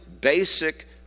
basic